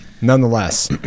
Nonetheless